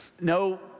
no